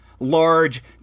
large